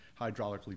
hydraulically